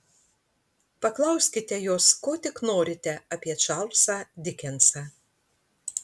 paklauskite jos ko tik norite apie čarlzą dikensą